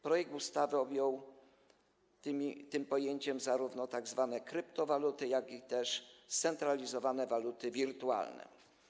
Projekt ustawy objął tym pojęciem zarówno tzw. kryptowaluty, jak i scentralizowane waluty wirtualne.